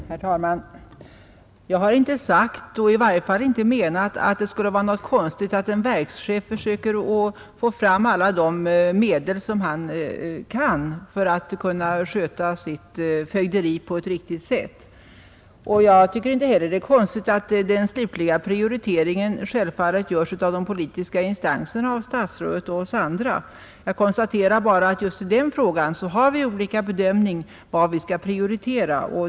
Herr talman! Jag har inte sagt och i varje fall inte menat att det skulle vara konstigt att en verkschef försöker att få fram alla medel han kan för att kunna sköta sitt fögderi på ett riktigt sätt. Jag tycker inte heller det är konstigt att den slutliga prioriteringen görs av de politiska instanserna, statsrådet och oss andra. Jag konstaterar bara att vi i just den här frågan har olika bedömningar av vad vi skall prioritera.